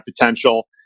potential